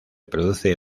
produce